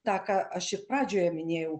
tą ką aš ir pradžioje minėjau